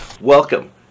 Welcome